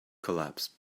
collapsed